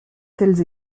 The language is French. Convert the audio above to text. tels